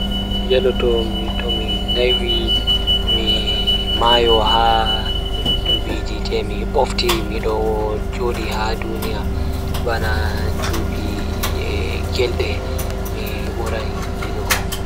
Mi yeloto Tomi naiwi So tawii miɗo waɗa feewde e mawnde ngam heɓde nduɗɗa, mi waɗataa njahde nder waɗe, tun tawa maa mawɗo am waɗataa nder njam kono nde miɗo njiddude. Ko nde miɗo waɗataa waɗude njam e yimɓe ɗon waɗa waɗude ɓuri jammaji ngam waɗude njikkaaɗe ngal kala ko ɓuri waɗnde ɗe.